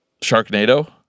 Sharknado